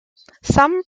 some